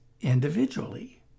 individually